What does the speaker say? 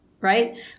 Right